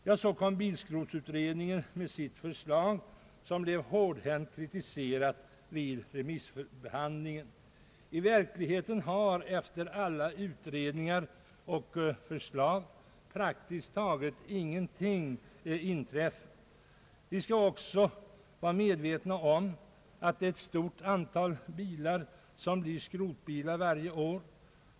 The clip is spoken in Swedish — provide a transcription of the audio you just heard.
Så framlade bilskrotningsutredningen sitt förslag, som blev hårdhänt kritiserat vid remissbehandlingen. I verkligheten har efter alla utredningar och förslag praktiskt taget ingenting inträffat. Vi skall också vara medvetna om att det är ett stort antal bilar som blir skrotbilar varje år.